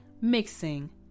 mixing